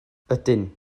ydyn